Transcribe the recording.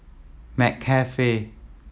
McCafe